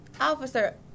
officer